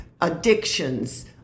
addictions